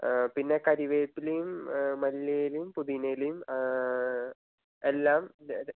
പിന്നെ കരിവേപ്പിലയും മല്ലിയെലയും പുതിനേലയും എല്ലാം